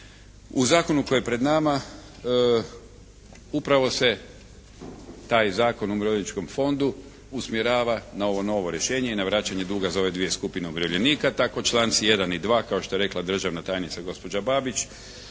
U zakonu koji je pred nama upravo se taj Zakon o Umirovljeničkom fondu usmjerava na ovo novo rješenje i na vraćanje duga za ove dvije skupine umirovljenika. Tako članci 1. i 2. kao što je rekla državna tajnica gospođa Babić